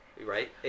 Right